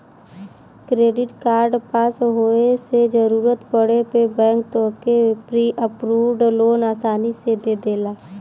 credit card पास होये से जरूरत पड़े पे बैंक तोहके प्री अप्रूव्ड लोन आसानी से दे देला